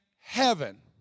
heaven